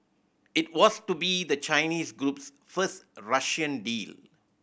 it was to be the Chinese group's first Russian deal